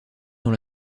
dans